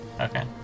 Okay